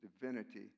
divinity